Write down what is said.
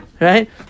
Right